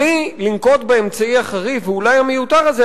בלי לנקוט את האמצעי החריג ואולי המיותר הזה,